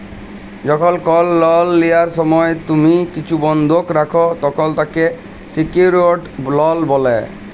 যখল কল লল লিয়ার সময় তুম্হি কিছু বল্ধক রাখ, তখল তাকে সিকিউরড লল ব্যলে